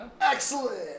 Excellent